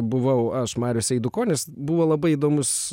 buvau aš marius eidukonis buvo labai įdomus